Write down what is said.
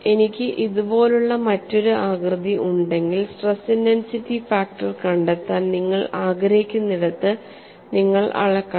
എനിക്ക് ഇതുപോലുള്ള മറ്റൊരു ആകൃതി ഉണ്ടെങ്കിൽ സ്ട്രെസ് ഇന്റെൻസിറ്റി ഫാക്ടർ കണ്ടെത്താൻ നിങ്ങൾ ആഗ്രഹിക്കുന്നിടത്ത് നിങ്ങൾ അളക്കണം